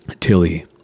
Tilly